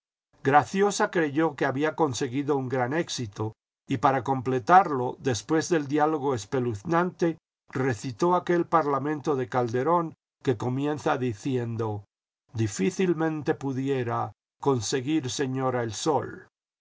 graciosa creyó que había conseguido un gran éxito y para completarlo después del diálogo espeluznante recitó aquel parlamento de calderón que comienza diciendo difícilmente pudiera conseguir señora el sol